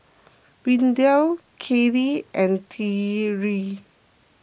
Windell Kellee and Tre